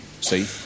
See